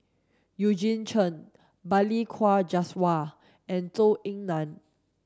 Eugene Chen Balli Kaur Jaswal and Zhou Ying Nan